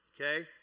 Okay